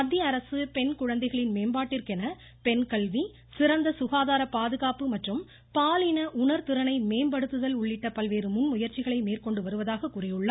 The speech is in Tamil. மத்தியஅரசு பெண் குழந்தைகளின் மேம்பாட்டிற்கென பெண்கல்வி சிறந்த சுகாதார பாதுகாப்பு மற்றும் பாலின உணர்திறனை மேம்படுத்துதல் உள்ளிட்ட பல்வேறு முன்முயற்சிகளை மேற்கொண்டு வருவதாக கூறியுள்ளார்